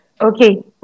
Okay